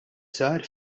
sar